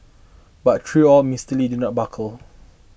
but tree all Mister Lee did not buckle